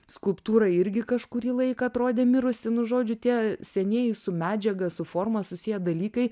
skulptūra irgi kažkurį laiką atrodė mirusi nu žodžiu tie senieji su medžiaga su forma susiję dalykai